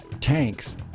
tanks